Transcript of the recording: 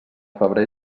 febrer